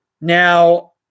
Now